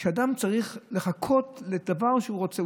כשאדם צריך לחכות לדבר שהוא רוצה,